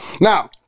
Now